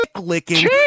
licking